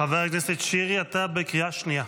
חבר הכנסת שירי, אתה בקריאה שנייה.